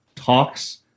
Talks